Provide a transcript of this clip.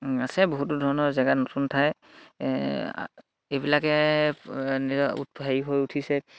আছে বহুতো ধৰণৰ জেগা নতুন ঠাই এইবিলাকে নিজৰ হেৰি হৈ উঠিছে